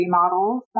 models